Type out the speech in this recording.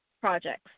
projects